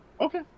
Okay